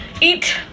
eat